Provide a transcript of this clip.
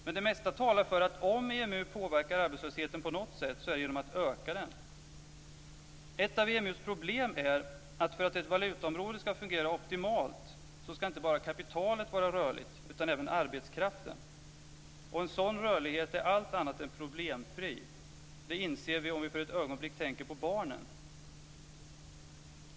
Men det mesta talar för att om EMU påverkar arbetslösheten på något sätt så är det genom att öka den. Ett av EMU:s problem är att för att ett valutaområde ska fungera optimalt ska inte bara kapitalet vara rörligt utan även arbetskraften. Och en sådan rörlighet är allt annat än problemfri. Det inser vi om vi för ett ögonblick tänker på barnen.